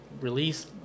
release